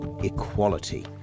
equality